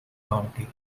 county